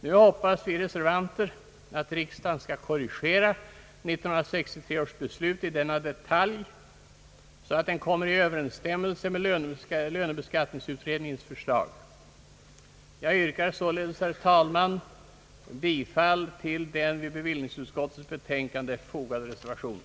Nu hoppas vi reservanter att riksdagen skall korrigera 1963 års beslut i denna detalj, så att den kommer i överensstämmelse med :lönebeskattningsutredningens förslag. Jag vyrkar således, herr talman, bifall till den vid bevillningsutskottets betänkande fogade reservationen.